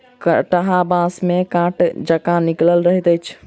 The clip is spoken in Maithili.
कंटहा बाँस मे काँट जकाँ निकलल रहैत अछि